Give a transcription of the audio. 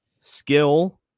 skill